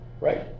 right